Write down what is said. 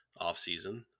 offseason